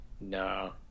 no